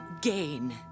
gain